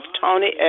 Tony